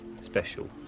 special